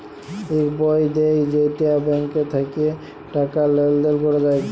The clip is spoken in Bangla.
ইক বই দেয় যেইটা ব্যাঙ্ক থাক্যে টাকা লেলদেল ক্যরা যায়